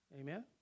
Amen